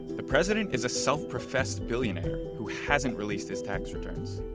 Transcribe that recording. the president is a self professed billionaire who hasn't released his tax returns.